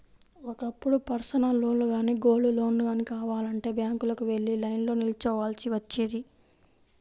ఒకప్పుడు పర్సనల్ లోన్లు గానీ, గోల్డ్ లోన్లు గానీ కావాలంటే బ్యాంకులకు వెళ్లి లైన్లో నిల్చోవాల్సి వచ్చేది